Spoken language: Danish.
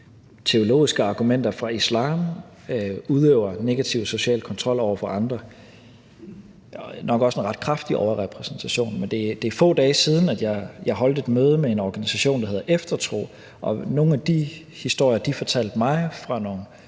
teologiske argumenter fra islam udøver negativ social kontrol over for andre – nok også en ret kraftig overrepræsentation. Men det er få dage siden, jeg holdt et møde med en organisation, der hedder Eftertro, og nogle af de historier, de fortalte mig, fra nogle